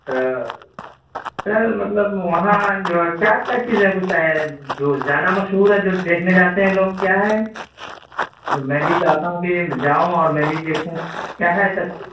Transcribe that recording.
تو سر مطلب وہاں جو ہے کیا کیا چیزیں ہیں کچھ ہے جو زیادہ مشہور ہے جو دیکھنے جاتے ہیں لوگ کیا ہے میں بھی چاہتا ہوں کہ جاؤں اور میں بھی دیکھوں کیا ہے ایسا کچھ